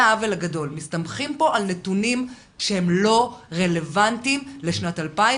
מסתמכים פה על נתונים שהם לא רלוונטיים לשנת 2021